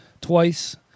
twice